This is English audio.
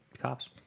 cops